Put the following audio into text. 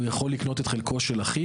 הוא יכול לקנות את חלקו של אחיו.